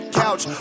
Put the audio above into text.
couch